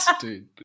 dude